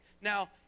Now